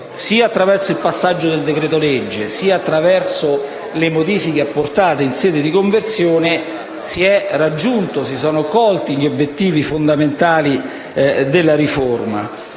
sia attraverso il passaggio del decreto-legge, sia attraverso le modifiche apportate in sede di conversione, si sono colti gli obiettivi fondamentali della riforma.